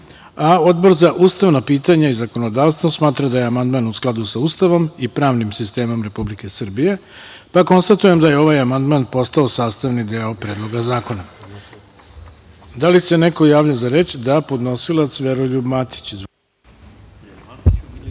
a Odbor za ustavna pitanja i zakonodavstvo smatra da je amandman u skladu sa Ustavom i pravnim sistemom Republike Srbije. Konstatujem da je ovaj amandman postao sastavni deo Predloga zakona. Da li se neko javlja za reč? (Da.)Podnosilac Veroljub Matić.